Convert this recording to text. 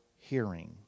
hearing